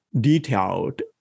detailed